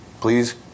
please